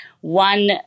one